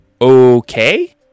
okay